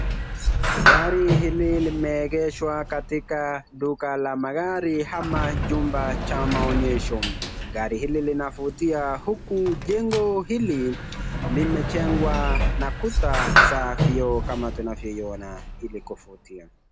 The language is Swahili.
Gari hili limegeshwa katika duka la magari, ama jumba cha maonyesho. Gari hili linavutia huku jengo hili limejengwa na kuta safi kama tunavyoiona ilivyovutia.